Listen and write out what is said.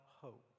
hope